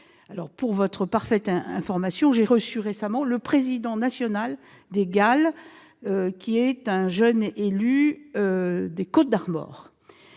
Pour votre parfaite information, sachez que j'ai reçu récemment le président national des GAL, qui est un jeune élu des Côtes-d'Armor